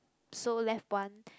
so left one